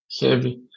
heavy